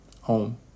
home